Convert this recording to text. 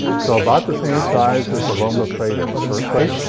so about the same size as the loma prieta earthquake.